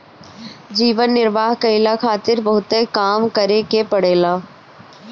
जीवन निर्वाह कईला खारित बहुते काम करे के पड़ेला